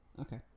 Okay